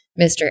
Mr